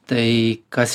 tai kas